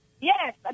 yes